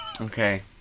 Okay